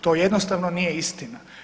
To jednostavno nije istina.